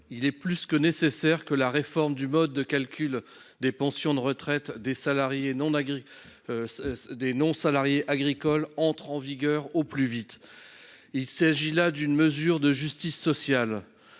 il est plus que nécessaire que la réforme du mode de calcul des pensions de retraite des non salariés agricoles entre en vigueur au plus vite. Il s’agit là d’une mesure de justice sociale.